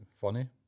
Funny